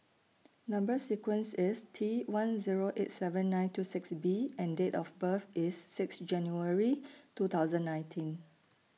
Number sequence IS T one Zero eight seven nine two six B and Date of birth IS six January two thousand nineteen